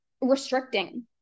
restricting